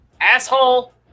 Asshole